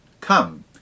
come